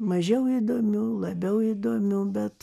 mažiau įdomių labiau įdomių bet